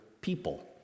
people